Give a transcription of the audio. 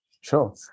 Sure